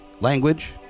language